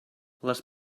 les